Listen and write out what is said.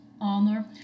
honor